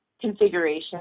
configuration